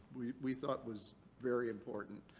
we we thought was very important.